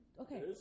okay